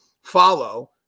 follow